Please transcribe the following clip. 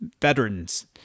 veterans